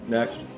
Next